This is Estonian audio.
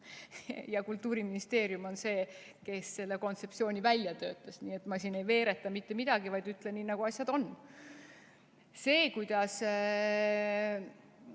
Kultuuriministeerium on see, kes selle kontseptsiooni välja töötas. Ma siin ei veereta mitte midagi, vaid ütlen nii, nagu asjad on. See, kuidas